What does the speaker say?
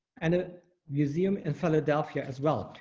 and ah museum in philadelphia, as well.